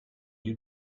you